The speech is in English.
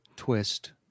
twist